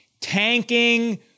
tanking